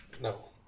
no